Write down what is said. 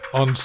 on